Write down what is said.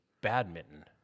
badminton